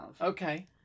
Okay